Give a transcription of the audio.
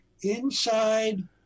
inside